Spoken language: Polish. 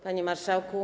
Panie Marszałku!